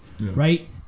right